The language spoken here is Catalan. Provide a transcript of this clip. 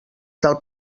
del